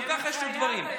גם ככה יש לו דברים,